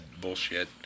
bullshit